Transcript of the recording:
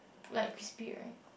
like spear right